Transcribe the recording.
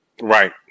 Right